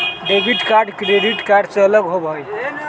debit card credit card से अलग होबा हई